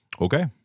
Okay